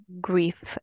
grief